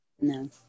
No